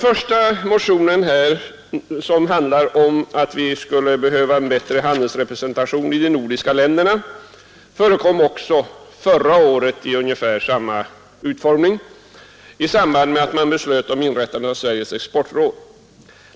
I motionen 808 talas det om att vi skulle behöva en bättre handelsrepresentation i de nordiska länderna. Den motionen förekom också förra året i ungefär samma utformning, i samband med att vi beslöt att inrätta Sveriges exportråd.